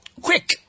quick